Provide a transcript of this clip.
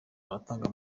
biratanga